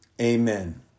amen